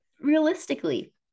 realistically